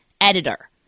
editor